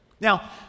Now